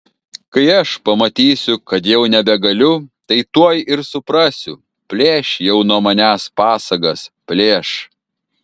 kai aš pamatysiu kad jau nebegaliu tai tuoj ir suprasiu plėš jau nuo manęs pasagas plėš